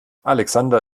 alexander